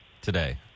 today